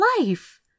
life